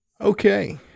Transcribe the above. Okay